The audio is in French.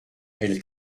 elle